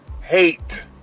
hate